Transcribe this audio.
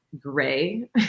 gray